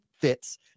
fits